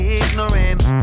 ignorant